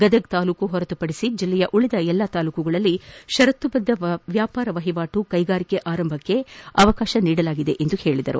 ಗದಗ ತಾಲೂಕು ಹೊರತುಪಡಿಸಿ ಜಿಲ್ಲೆಯ ಉಳಿದ ಎಲ್ಲ ತಾಲೂಕುಗಳಲ್ಲಿ ಷರತ್ತು ಬದ್ಧ ವ್ಯಾಪಾರ ವಹಿವಾಟು ಕೈಗಾರಿಕೆ ಪ್ರಾರಂಭಕ್ಕೆ ಅವಕಾಶ ನೀಡಲಾಗಿದೆ ಎಂದರು